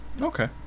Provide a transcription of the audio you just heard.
Okay